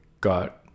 got